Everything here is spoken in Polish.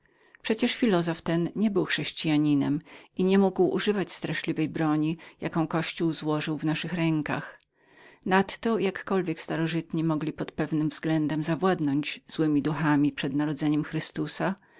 przecież filozof ten nie był chrześcijaninem i niemógł używać straszliwej broni jaką kościół złożył w naszych rękach nadto starożytni jakkolwiek mogli pod pewnym względem zawładnąć złemi duchami przed narodzeniem chrystusa